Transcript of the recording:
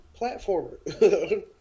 Platformer